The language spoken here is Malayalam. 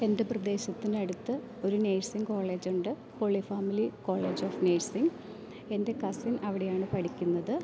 എൻ്റെ പ്രദേശത്തിനടുത്ത് ഒരു നേഴ്സിംഗ് കോളേജുണ്ട് Holy Family College of Nursing എൻ്റെ കസിൻ അവിടെയാണ് പഠിക്കുന്നത്